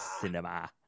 Cinema